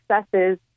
successes